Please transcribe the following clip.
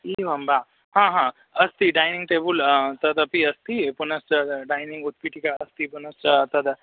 एवं वा हा हा अस्तु इदानीं टेबुल् ह तदपि अस्ति पुनश्च डैनिङ्ग् उत्पीठिका अस्ति पुनश्च तद्